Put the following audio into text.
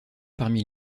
parmi